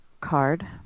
card